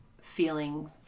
feeling